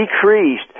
decreased